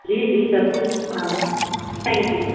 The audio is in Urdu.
جی جی ضرور آنا تھینک یو